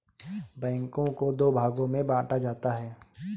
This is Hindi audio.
बैंकों को दो भागों मे बांटा जाता है